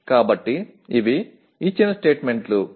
కాబట్టి ఇవి ఇచ్చిన స్టేట్మెంట్లు